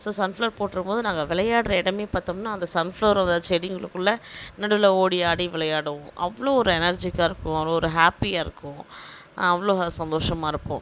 so sunflower போட்டிருக்கும்போது நாங்கள் விளையாட்ற இடமே பார்த்தம்னா அந்த சன்ஃப்ளவரோட செடிங்களுக்குள்ளே நடுவில் ஓடி ஆடி விளையாடுவோம் அவ்வளோ ஒரு எனெர்ஜிக்கா அவ்வளோ ஒரு ஹாப்பியாக இருக்கும் அவ்வளோ சந்தோஷமாக இருப்போம்